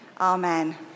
Amen